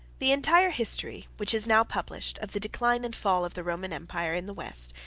the entire history, which is now published, of the decline and fall of the roman empire in the west,